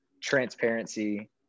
transparency